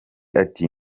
ati